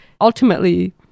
ultimately